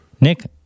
Nick